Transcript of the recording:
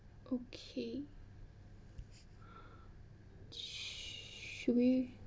okay should we